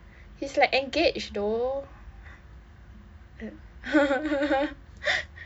he's like engaged though